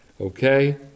Okay